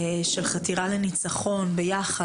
של חתירה לנצחון ביחד,